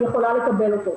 יכולה לקבל אותה,